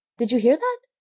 did you hear that?